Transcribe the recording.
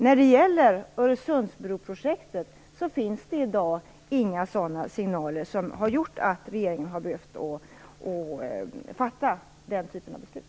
När det gäller Öresundsbroprojektet finns det i dag inga signaler som gjort att regeringen har behövt fatta den typen av beslut.